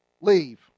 leave